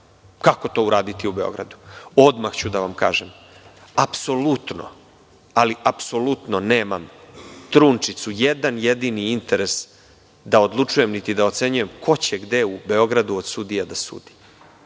Kako to uraditi u Beogradu? Odmah ću da vam kažem. Apsolutno, ali apsolutno nemam trunčicu, jedan jedini interes, da odlučujem niti da ocenjujem ko će gde u Beogradu od sudija da sudi.